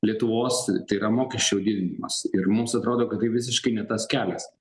lietuvos tai yra mokesčių didinimas ir mums atrodo kad tai visiškai ne tas kelias